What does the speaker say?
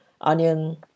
onion